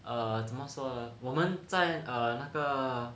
err 怎么说呢我们 err 在那个